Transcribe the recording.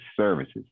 services